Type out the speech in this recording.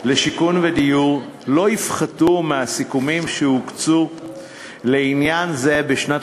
לשיכון ודיור לא יפחתו מהסכומים שהוקצו לעניין זה בשנת